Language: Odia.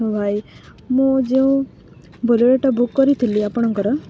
ହଁ ଭାଇ ମୁଁ ଯେଉଁ ବୋଲେରଟା ବୁକ୍ କରିଥିଲି ଆପଣଙ୍କର